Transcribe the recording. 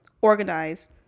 organize